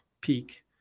peak